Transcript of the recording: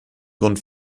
grund